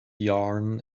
yarn